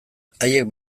haiek